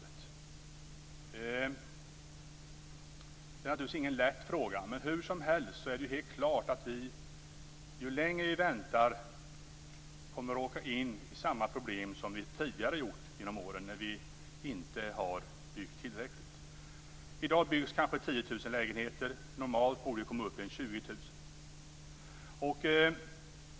Det är naturligtvis ingen lätt fråga. Helt klart är dock att ju längre vi väntar, desto mer kommer vi att råka i samma problem som vi haft tidigare genom åren när vi inte har byggt tillräckligt. I dag byggs kanske 10 000 lägenheter. Normalt borde vi komma upp i en 20 000.